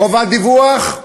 חובת דיווח,